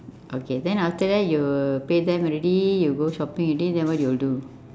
okay then after that you will pay them already you go shopping already then what you will do